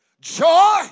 joy